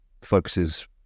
focuses